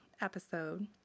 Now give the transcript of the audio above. episode